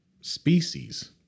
species